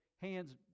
hands